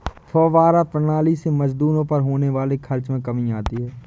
फौव्वारा प्रणाली से मजदूरों पर होने वाले खर्च में कमी आती है